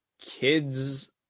kids